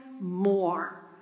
more